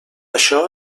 això